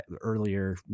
earlier